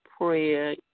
prayer